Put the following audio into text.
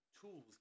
tools